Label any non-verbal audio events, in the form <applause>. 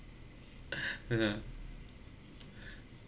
<breath> uh